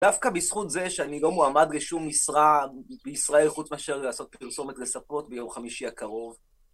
דווקא בזכות זה שאני לא מועמד לשום משרה בישראל חוץ מאשר לעשות פרסומת לספות ביום חמישי הקרוב.